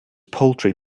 poultry